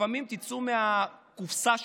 לפעמים תצאו מהקופסה שלכם,